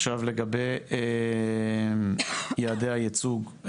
לגבי יעדי הייצוג.